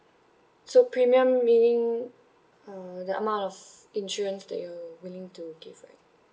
so premium meaning uh the amount of insurance that you are willing to give right